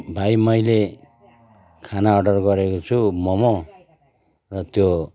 भाइ मैले खाना अर्डर गरेको छु मोमो र त्यो